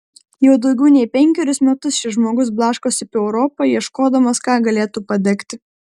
jau daugiau nei penkerius metus šis žmogus blaškosi po europą ieškodamas ką galėtų padegti